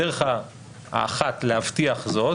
הדרך האחת להבטיח זאת,